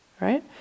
right